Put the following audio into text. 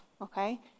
okay